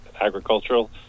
Agricultural